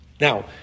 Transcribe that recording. Now